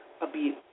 abuse